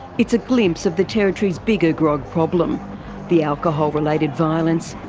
it's a glimpse of the territory's bigger grog problem the alcohol related violence,